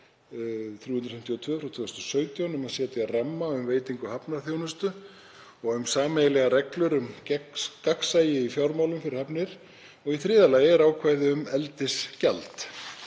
2017/352 um að setja ramma um veitingu hafnarþjónustu og um sameiginlegar reglur um gagnsæi í fjármálum fyrir hafnir. Í þriðja lagi er ákvæði um eldisgjald.